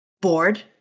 bored